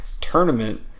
tournament